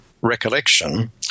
recollection